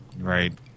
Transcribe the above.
Right